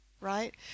Right